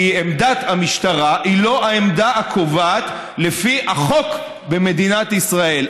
כי עמדת המשטרה היא לא העמדה הקובעת לפי החוק במדינת ישראל.